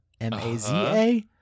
M-A-Z-A